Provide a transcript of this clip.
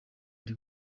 ndi